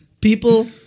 people